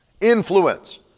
Influence